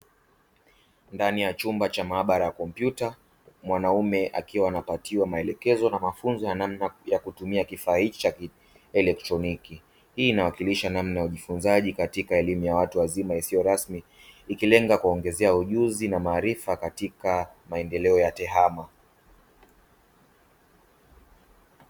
Ndani ya chumba cha maabara ya kompyuta mwanaume akiwa anapatiwa maelekezo na mafunzo ya namna ya kutumia kifaa hiki cha kieletroniki. Hii inawakilisha namna ya ujifunzaji katika elimu ya watu wazima isiyo rasmi ikilenga kuwaongezea ujuzi na maarifa katika maendeleo ya tehama.